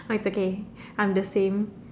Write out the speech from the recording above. oh it's okay I'm the same